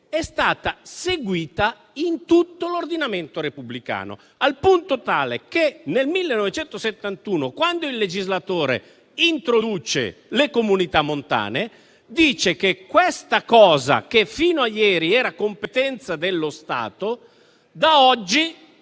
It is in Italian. è stata seguita in tutto l'ordinamento repubblicano, al punto tale che nel 1971, quando il legislatore introduce le Comunità montane, dice che questa cosa, che fino a ieri era di competenza dello Stato, da oggi